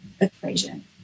equation